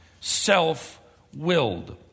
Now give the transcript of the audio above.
self-willed